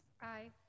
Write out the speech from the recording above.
Aye